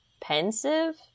pensive